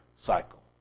cycle